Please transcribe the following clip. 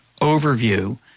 overview